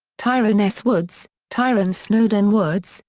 tyrone s. woods tyrone snowden woods,